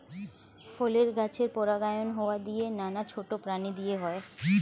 ফলের গাছের পরাগায়ন হাওয়া দিয়ে, নানা ছোট প্রাণী দিয়ে হয়